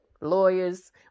lawyers